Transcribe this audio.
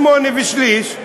8 ושליש,